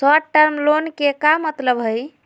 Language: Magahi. शार्ट टर्म लोन के का मतलब हई?